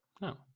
No